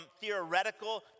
theoretical